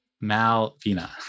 Malvina